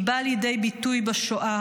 היא באה לידי ביטוי בשואה,